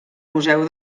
museu